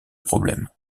problème